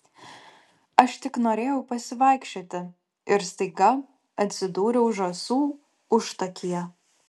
aš tik norėjau pasivaikščioti ir staiga atsidūriau žąsų užtakyje